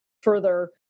further